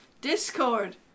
Discord